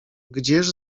gdzież